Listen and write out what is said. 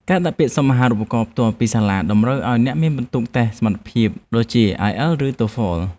ការដាក់ពាក្យសុំអាហារូបករណ៍ផ្ទាល់ពីសាលាតម្រូវឱ្យអ្នកមានពិន្ទុតេស្តសមត្ថភាពដូចជាអាយអែលឬតូហ្វល។